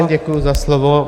Děkuji za slovo.